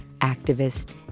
activist